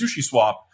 SushiSwap